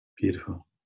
Beautiful